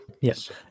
yes